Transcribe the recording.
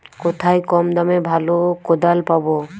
কোথায় কম দামে ভালো কোদাল পাব?